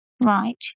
Right